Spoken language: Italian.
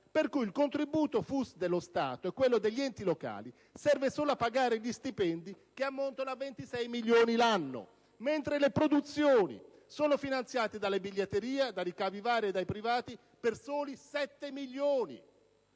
fatto il contributo FUS dello Stato e quello degli enti locali serve solo a pagare gli stipendi, che ammontano a 26 milioni di euro l'anno mentre le produzioni sono finanziate dalla biglietteria, da ricavi vari e dai privati per soli 7 milioni